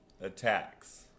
attacks